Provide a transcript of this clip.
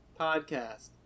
podcast